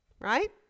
right